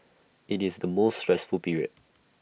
IT is the most stressful period